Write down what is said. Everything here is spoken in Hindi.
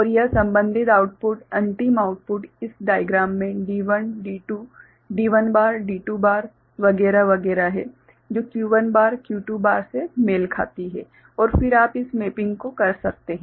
और यह संबन्धित आउटपुट अंतिम आउटपुट इस डाइग्राम में D1 बार D2 बार वगैरह वगैरह है जो Q1 बार Q2 बार से मेल खाती है और फिर आप इस मैपिंग को कर सकते हैं